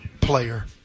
player